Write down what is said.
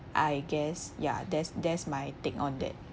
I guess ya there's there's my take on that